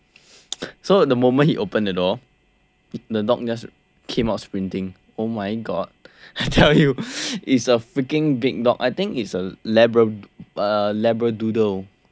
so the moment he opened the door the dog just came out sprinting oh my god I tell you it's a freaking big dog I think it's a labrad~ uh labra-doodle